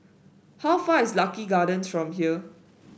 how far is Lucky Gardens from here